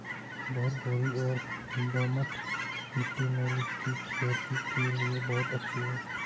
भुरभुरी और दोमट मिट्टी मूली की खेती के लिए बहुत अच्छी है